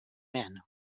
men